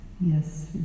Yes